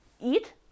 eat